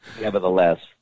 nevertheless